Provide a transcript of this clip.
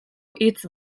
hitz